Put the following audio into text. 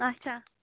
آچھا